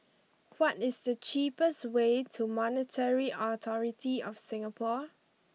what is the cheapest way to Monetary Authority Of Singapore